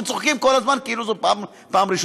וצוחקים כל הזמן כאילו זאת פעם ראשונה.